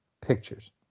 pictures